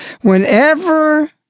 Whenever